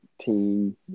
team